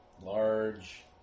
large